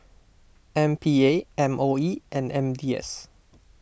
M P A M O E and M D I S